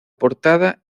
portada